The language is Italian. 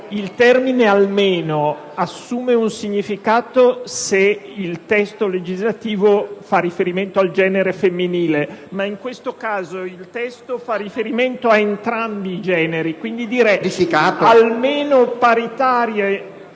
il termine «almeno» assume un significato solo se il testo legislativo fa riferimento al genere femminile, ma in questo caso il testo fa riferimento a entrambi i generi. Quindi, l'introduzione